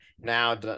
now